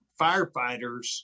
firefighters